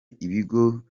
ibigo